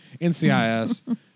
NCIS